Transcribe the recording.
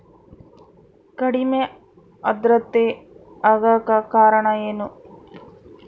ಕಡಿಮೆ ಆಂದ್ರತೆ ಆಗಕ ಕಾರಣ ಏನು?